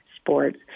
sports